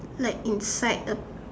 like inside of